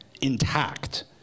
intact